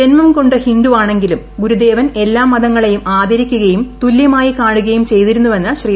ജന്മം കൊണ്ട് ഹിന്ദുവാണെങ്കിലും ഗുരുദേവൻ എല്ലാ മതങ്ങളെയും ആദരിക്കുകയും തുല്യമായി കാണുകയും ചെയ്തിരുന്നുവെന്ന് ശ്രീ